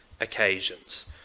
occasions